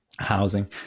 Housing